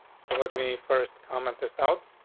so let me first comment this out.